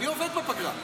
אני עובד בפגרה.